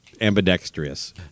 ambidextrous